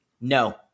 No